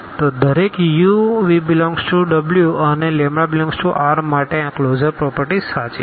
તો દરેક uv∈W and ∈R માટે આ ક્લોઝર પ્રોપરટી સાચી છે